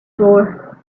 for